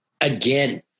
Again